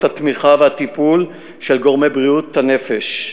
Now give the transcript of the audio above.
התמיכה והטיפול של גורמי בריאות הנפש,